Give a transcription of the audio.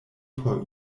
por